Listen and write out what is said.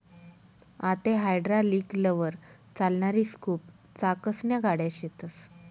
आते हायड्रालिकलवर चालणारी स्कूप चाकसन्या गाड्या शेतस